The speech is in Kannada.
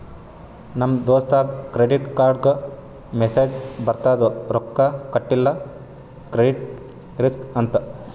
ನಮ್ ದೋಸ್ತಗ್ ಕ್ರೆಡಿಟ್ ಕಾರ್ಡ್ಗ ಮೆಸ್ಸೇಜ್ ಬರ್ತುದ್ ರೊಕ್ಕಾ ಕಟಿಲ್ಲ ಕ್ರೆಡಿಟ್ ರಿಸ್ಕ್ ಅಂತ್